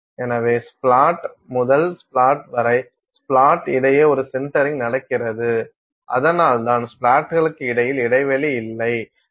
எனவே ஸ்ப்ளாட் முதல் ஸ்ப்ளாட் வரை ஸ்ப்ளாட் இடையே ஒரு சின்டரிங் நடக்கிறது அதனால்தான் ஸ்ப்ளேட்டுகளுக்கு இடையில் இடைவெளி இல்லை